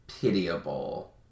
pitiable